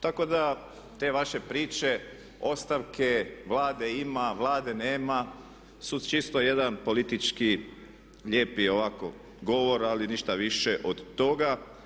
Tako da te vaše priče, ostavke, Vlade ima, Vlade nema su čisto jedan politički lijepi ovako govor ali ništa više od toga.